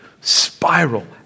spiral